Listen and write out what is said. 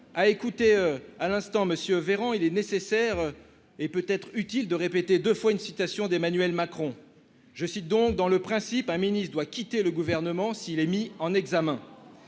à écouter à l'instant monsieur Véran, il est nécessaire et peut être utile de répéter deux fois une citation d'Emmanuel Macron je cite donc dans le principe, un ministre doit quitter le gouvernement, s'il est mis en examen,